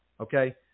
Okay